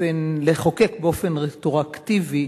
לחוקק באופן רטרואקטיבי